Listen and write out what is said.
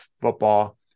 football